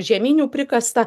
žieminių prikasta